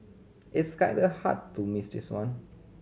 it's kinda hard to miss this one